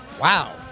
Wow